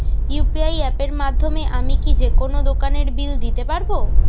UPI অ্যাপের মাধ্যমে আমি কি যেকোনো দোকানের বিল দিতে পারবো?